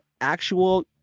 actual